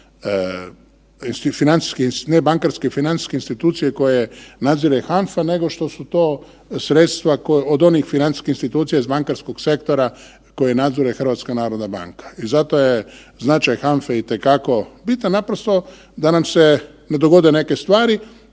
ne bankarske, financijske institucije koje nadzire HANFA nego što su to sredstva od onih financijskih institucija iz bankarskog sektora koje nadzire HNB. I zato je značaj HANFE i te kako bitan naprosto da nam se ne dogode neke stvari